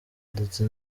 ndetse